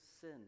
sin